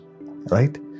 right